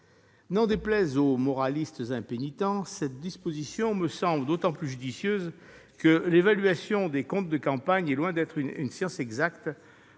N'en déplaise aux moralistes impénitents, cette disposition me semble d'autant plus judicieuse que l'évaluation des comptes de campagne est loin d'être une science exacte,